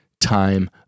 time